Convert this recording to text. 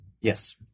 Yes